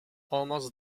almost